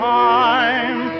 time